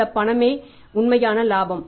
இந்தப் பணமே உண்மையான இலாபம்